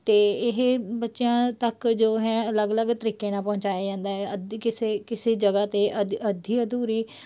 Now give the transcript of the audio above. ਅਤੇ ਇਹ ਬੱਚਿਆਂ ਤੱਕ ਜੋ ਹੈ ਅਲੱਗ ਅਲੱਗ ਤਰੀਕੇ ਨਾਲ ਪਹੁੰਚਾਇਆ ਜਾਂਦਾ ਹੈ ਅੱਧੀ ਕਿਸੇ ਕਿਸੇ ਜਗ੍ਹਾ 'ਤੇ ਅਧ ਅੱਧੀ ਅਧੂਰੀ